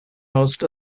most